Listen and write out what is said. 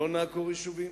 לא נעקור יישובים,